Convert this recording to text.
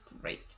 great